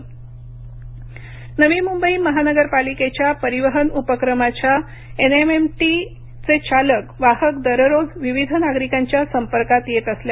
नवी मुंबई नवी म्ंबई महानगरपालिकेच्या परिवहन उपक्रमाच्या एनएमएमटी चे चालक वाहक दररोज विविध नागरिकांच्या संपर्कात येत असतात